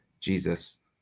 Jesus